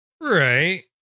Right